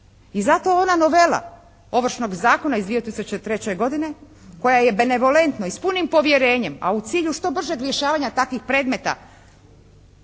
I zato ona novela Ovršnog zakona iz 2003. godine koja je benevolentno i s punim povjerenjem, a u cilju što bržeg rješavanja takvih predmeta